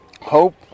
hope